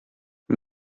wir